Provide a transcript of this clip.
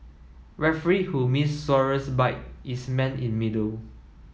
referee who missed Suarez bite is man in middle